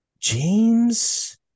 James